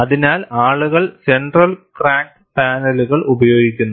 അതിനാൽ ആളുകൾ centre cracked പാനലുകൾ ഉപയോഗിക്കുന്നു